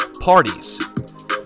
parties